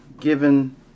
given